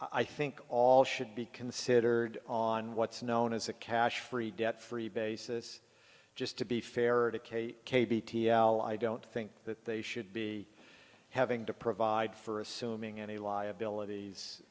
i think all should be considered on what's known as a cash free debt free basis just to be fair or to k k b t l i don't think that they should be having to provide for assuming any liabilities